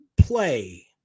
play